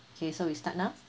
okay so we start now